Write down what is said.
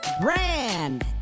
Brand